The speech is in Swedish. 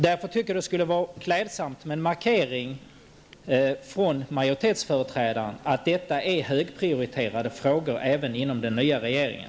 Därför vore det klädsamt med en markering från majoritetsföreträdaren om att detta är högprioriterade frågor även inom den nya regeringen.